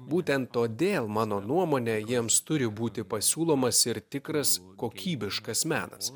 būtent todėl mano nuomone jiems turi būti pasiūlomas ir tikras kokybiškas menas